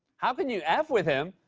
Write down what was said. how can you f with him?